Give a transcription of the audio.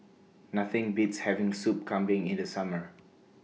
Nothing Beats having Soup Kambing in The Summer